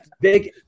big –